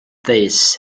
this